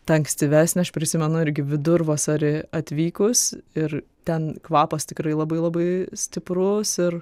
ta ankstyvesnė aš prisimenu irgi vidurvasarį atvykus ir ten kvapas tikrai labai labai stiprus ir